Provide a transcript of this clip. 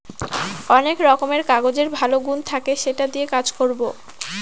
অনেক রকমের কাগজের ভালো গুন থাকে সেটা দিয়ে কাজ করবো